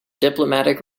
diplomatic